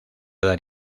dar